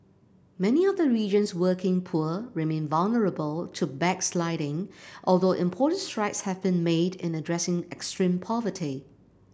many of the region's working poor remain vulnerable to backsliding although important strides have been made in addressing extreme poverty